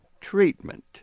treatment